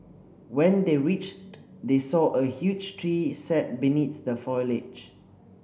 when they reached they saw a huge tree sat beneath the foliage